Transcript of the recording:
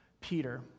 Peter